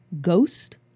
Ghost